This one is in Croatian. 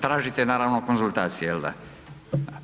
Tražite naravno konzultacije jelda?